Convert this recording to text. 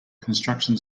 construction